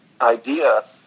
idea